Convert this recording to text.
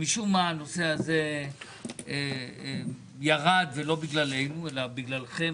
משום מה הנושא הזה ירד ולא בגללנו אלא בגללכם,